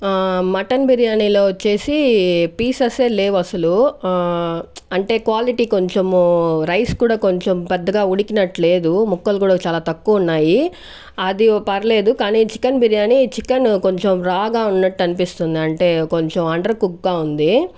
mutton బిర్యానీలో వచ్చేసి pieces లేవు అసలు అంటే క్వాలిటీ కొంచెం రైస్ కూడా కొంచెం పెద్దగా ఉడికినట్టు లేదు ముక్కలు కూడా చాలా తక్కువ ఉన్నాయి అది పర్లేదు కానీ చికెన్ బిర్యాని చికెన్ కొంచెం రా గా ఉన్నట్టు అనిపిస్తుంది అంటే కొంచెం అండర్ కుక్ గా ఉంది